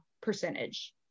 percentage